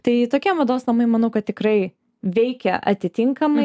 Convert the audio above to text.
tai tokie mados namai manau kad tikrai veikia atitinkamai